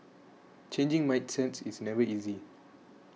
changing mindsets is never easy